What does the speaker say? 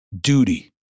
duty